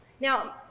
Now